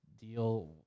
deal